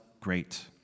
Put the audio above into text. great